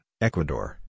Ecuador